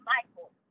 Michael